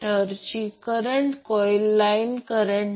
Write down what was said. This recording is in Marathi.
तर जर Ia Ib Ic करतात